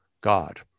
God